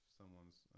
someone's